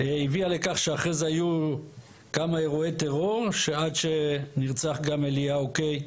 הביאה לכך שאחרי זה היו כמה אירועי טרור שעד שנרצח גם אליהו קיי,